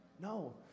No